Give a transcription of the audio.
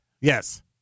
Yes